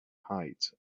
height